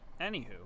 Anywho